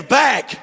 back